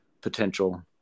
potential